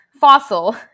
fossil